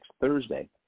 Thursday